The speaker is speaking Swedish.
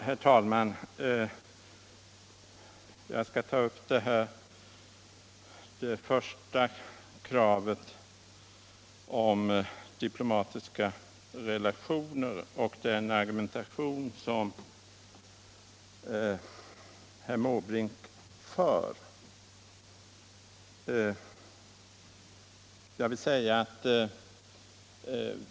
Herr talman! Jag skall först ta upp kravet på diplomatiska relationer och den argumentation som herr Måbrink för på den punkten.